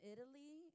Italy